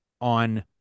on